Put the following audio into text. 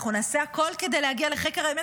אנחנו נעשה הכול כדי להגיע לחקר האמת.